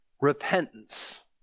repentance